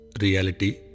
Reality